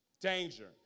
Danger